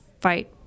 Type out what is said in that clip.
fight